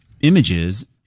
images